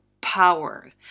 power